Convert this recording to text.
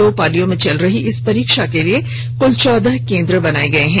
दो पालियों में चल रही इस परीक्षा के लिए कुल चौदह केंद्र बनाए गए हैं